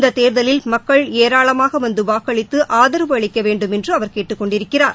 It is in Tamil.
இந்த தேர்தலில் மக்கள் ஏராளமாக வந்து வாக்களித்து ஆதரவு அளிக்கவேண்டும் அவர் கேட்டுக் கொண்டிருக்கிறார்